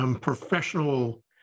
professional